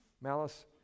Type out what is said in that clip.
Malice